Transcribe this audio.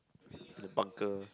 the bunker